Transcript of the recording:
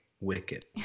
Wicked